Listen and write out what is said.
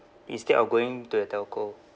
instead of going to your telco